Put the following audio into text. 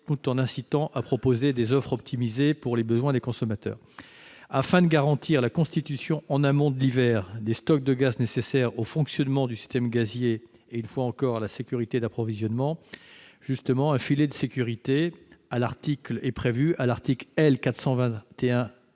tout en incitant à proposer des offres optimisées pour satisfaire les besoins des consommateurs. Afin de garantir la constitution, en amont de l'hiver, des stocks de gaz nécessaires au fonctionnement du système gazier et à la sécurité d'approvisionnement, un « filet de sécurité » est prévu à l'article L. 421-6